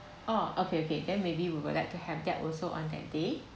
oh okay okay then maybe we would like to have that also on that day